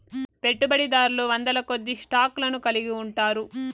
పెట్టుబడిదారులు వందలకొద్దీ స్టాక్ లను కలిగి ఉంటారు